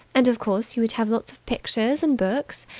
and, of course, you would have lots of pictures and books.